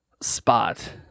spot